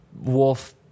wolf